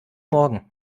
morgen